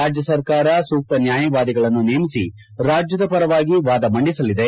ರಾಜ್ಯ ಸರ್ಕಾರ ಸೂಕ್ತ ನ್ಯಾಯವಾದಿಗಳನ್ನು ನೇಮಿಸಿ ರಾಜ್ಯದ ಪರವಾಗಿ ವಾದ ಮಂಡಿಸಲಿದೆ